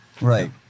Right